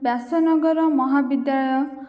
ବ୍ୟାସନଗର ମହାବିଦ୍ୟାଳୟ